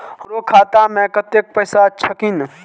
हमरो खाता में कतेक पैसा छकीन?